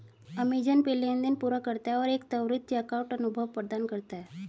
Amazon Pay लेनदेन पूरा करता है और एक त्वरित चेकआउट अनुभव प्रदान करता है